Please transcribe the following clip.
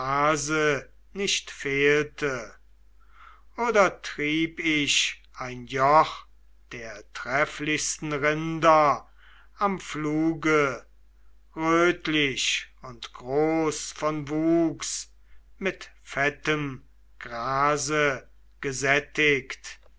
nicht fehlte oder trieb ich ein joch der trefflichsten rinder am pfluge rötlich und groß von wuchs mit fettem grase gesättigt